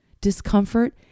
discomfort